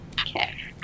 Okay